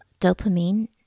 dopamine